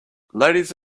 ladies